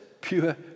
pure